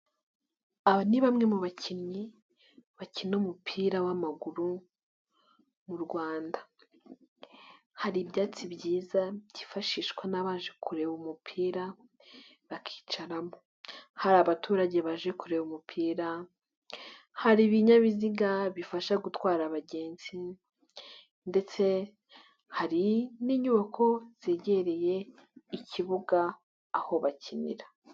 Aba ni bamwe mu bakinnyi bakina umupira w'amaguru mu Rwanda, hari ibyatsi byiza byifashishwa n'abaje kureba umupira bakicaramo, hari abaturage baje kureba umupira, hari ibinyabiziga bifasha gutwara abagenzi ndetse hari n'inyubako zegereye ikibuga aho bakinira.